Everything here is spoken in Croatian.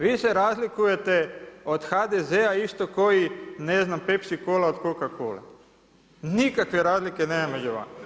Vi se razlikujete od HDZ-a isto kao i ne znam Pepsi cola od Coca cole, nikakve razlike nema među vama.